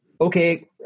Okay